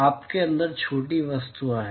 आपके अंदर छोटी वस्तुएं हैं